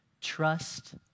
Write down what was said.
Trust